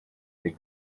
mais